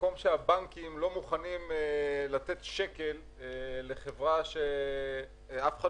מקום שהבנקים לא מוכנים לתת שקל לחברה שאף אחד